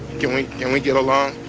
can we, can we get along?